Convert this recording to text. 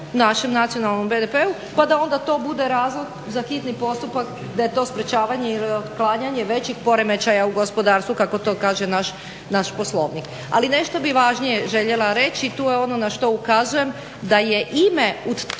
našem nacionalnom BDP-u pa da onda to bude razlog za hitni postupak da je to sprječavanje ili otklanjanje većih poremećaja u gospodarstvu kako to kaže naš Poslovnik. Ali nešto bih važnije željela reći i tu je ono na što ukazujem, da je ime